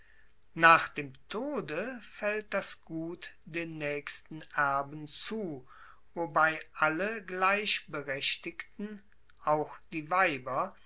nach dem tode faellt das gut den naechsten erben zu wobei alle gleichberechtigten auch die weiber